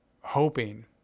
hoping